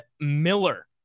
Miller